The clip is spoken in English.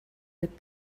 bit